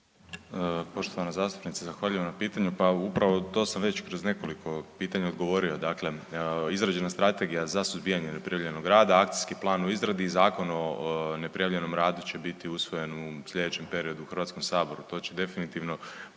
Poštovana zastupnice, zahvaljujem na pitanju. Pa upravo to sam već kroz nekoliko pitanja odgovorio. Dakle, izrađena strategija za suzbijanje neprijavljenog rada, akcijski plan u izgradi i zakon o neprijavljenom radu će biti usvojen u sljedećem periodu u HS-u, to će definitivno